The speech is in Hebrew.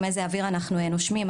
איזה אוויר אנחנו נושמים,